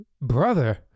Brother